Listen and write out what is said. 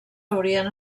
haurien